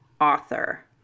author